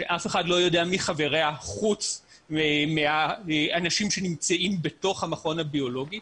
שאף אחד לא יודע מי חבריה חוץ מהאנשים שנמצאים בתוך המכון הביולוגי.